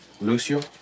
Lucio